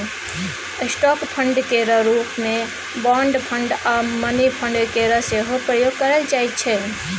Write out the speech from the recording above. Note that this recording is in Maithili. स्टॉक फंड केर रूप मे बॉन्ड फंड आ मनी फंड केर सेहो प्रयोग करल जाइ छै